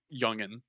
youngin